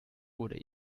wurde